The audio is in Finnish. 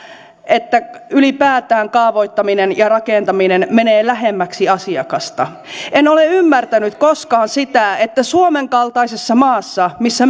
että ylipäätään kaavoittaminen ja rakentaminen menevät lähemmäksi asiakasta en ole ymmärtänyt koskaan sitä että suomen kaltaisessa maassa missä